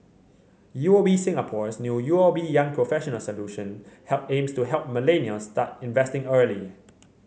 U O B Singapore's new U O B Young Professionals Solution help aims to help millennials start investing early